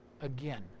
again